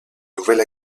nouvelle